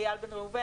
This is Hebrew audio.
אייל בן ראובן.